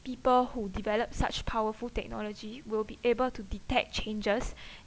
people who develop such powerful technology we'll be able to detect changes